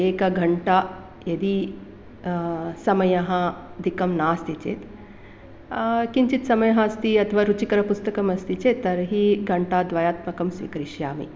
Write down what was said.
एकघण्टा यदि समयः अधिकं नास्ति चेत् किञ्चित् समयः अस्ति यद्वा रुचिकरं पुस्तकम् अस्ति चेत् तर्हि घण्टाद्वयात्मकं स्वीकरिष्यामि